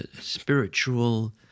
spiritual